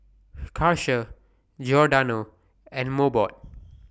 Karcher Giordano and Mobot